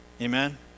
Amen